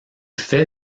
fait